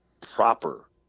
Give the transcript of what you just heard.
proper